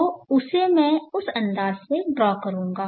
तो उसे मैं उस अंदाज में ड्रा करूंगा